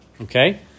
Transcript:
Okay